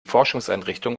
forschungseinrichtung